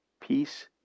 Peace